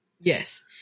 Yes